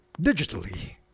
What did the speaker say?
digitally